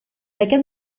aquest